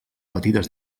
petites